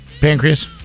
Pancreas